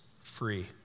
free